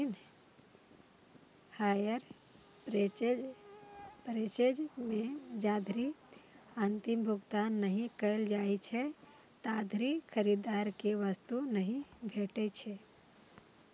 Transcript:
hire purchase मे जाधरि अंतिम भुगतान नहि कैल जाइ छै, ताधरि खरीदार कें वस्तु नहि भेटै छै